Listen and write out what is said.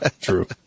true